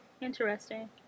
Interesting